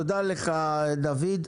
תודה לך, דוד.